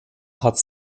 hat